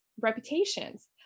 reputations